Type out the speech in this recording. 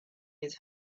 his